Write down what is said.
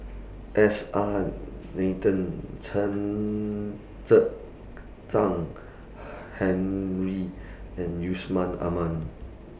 S R Nathan Chen Henri and Yusman Aman